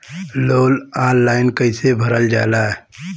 Loan online कइसे भरल जाला?